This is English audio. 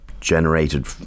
generated